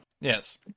yes